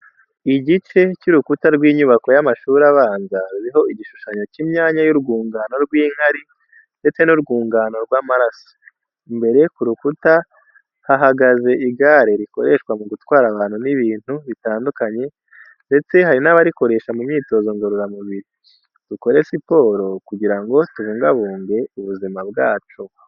Igice cy’urukuta rw’inyubako y'amashuri abanza, ruriho igishushanyo cy’imyanya y’urwungano rw'inkari ndetse n'urwungano rw'amaraso. Imbere ku rukuta hahagaze igare rikoreshwa mu gutwara abantu n'ibintu bitandukanye ndetse hari n'abarikoresha mu myitozo ngororamubiri. Dukore siporo kugira ngo tubungabunge ubuzima bwacu.